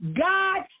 God